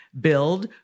Build